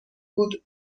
بود